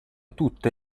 tutte